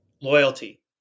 loyalty